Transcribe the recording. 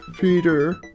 Peter